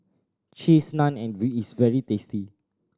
Cheese Naan and very is very tasty